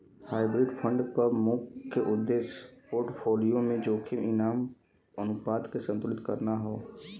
hybrid fund क मुख्य उद्देश्य पोर्टफोलियो में जोखिम इनाम अनुपात के संतुलित करना हौ